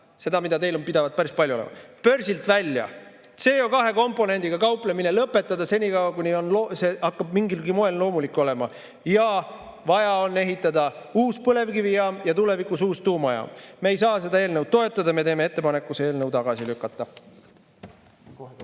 seda, mida teil pidavat päris palju olema: börsilt välja, CO2-komponendiga kauplemine lõpetada, senikaua kuni see hakkab mingilgi moel loomulik olema, ja vaja on ehitada uus põlevkivijaam ja tulevikus uus tuumajaam. Me ei saa seda eelnõu toetada, me teeme ettepaneku see eelnõu tagasi lükata.